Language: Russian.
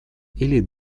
или